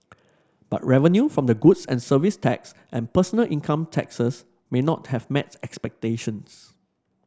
but revenue from the goods and Services Tax and personal income taxes may not have met expectations